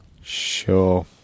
Sure